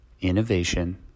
innovation